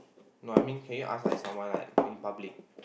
no I mean can you ask like someone like maybe public